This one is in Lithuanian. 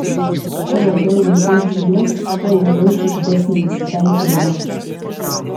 kuo labiau jie žeidžia juos tuo jie jaučia didesnį pasitenkinimą